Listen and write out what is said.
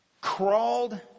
crawled